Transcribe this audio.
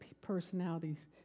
personalities